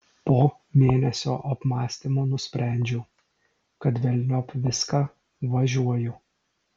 po mėnesio apmąstymų nusprendžiau kad velniop viską važiuoju